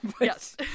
Yes